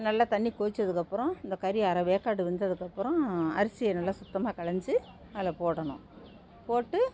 நல்ல தண்ணி கொதிச்சதுக்கப்புறம் இந்த கறி அரை வேக்காடு வெந்ததுக்கப்புறம் அரிசியை நல்லா சுத்தமாக களஞ்சி அதில் போடணும் போட்டு